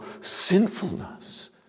sinfulness